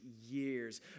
years